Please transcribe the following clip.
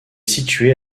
situé